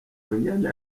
munyana